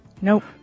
Nope